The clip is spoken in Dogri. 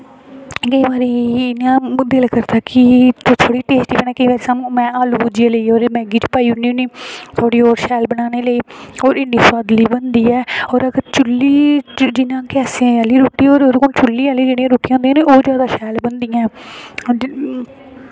दिल करदा की केईं बारी थोह्ड़ी टेस्ट आस्तै में आलू भुजिया लेइयै मैगी च पाई ओड़नी होन्नी थोह्ड़ी ओह् शैल बनाने ताहीं ओह् थोह्ड़ी इन्नी शैल बनदी ऐ होर अगर चुल्ली जियां गैसे आह्ली रुट्टी कोला ओह् जेह्ड़ी चुल्ली आह्ली रुट्टी होंदी ना ओह् शैल बनदियां